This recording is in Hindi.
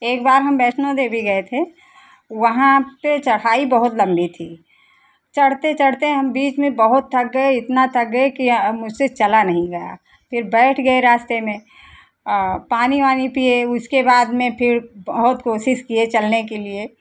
एक बार हम वैष्णो देवी गए थे वहां पे चढ़ाई बहुत लम्बी थी चढ़ते चढ़ते हम बीच में बहुत थक गए इतना थक गए कि मुझसे चला नहीं गया फिर बैठ गए रास्ते में पानी वानी पिए उसके बाद में फिर बहुत कोशिश किए चलने के लिए